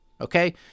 Okay